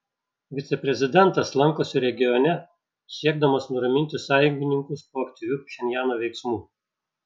viceprezidentas lankosi regione siekdamas nuraminti sąjungininkus po aktyvių pchenjano veiksmų